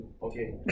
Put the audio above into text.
okay